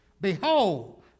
Behold